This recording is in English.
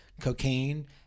cocaine